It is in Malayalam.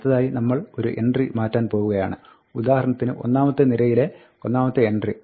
അടുത്തതായി നമ്മൾ ഒരു എൻട്രി മാറ്റാൻ പോകുകയാണ് ഉദാഹരണത്തിന് ഒന്നാമത്തെ നിരയിലെ ഒന്നാമത്തെ എൻട്രി